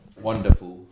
Wonderful